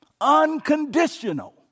unconditional